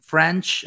French